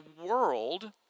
world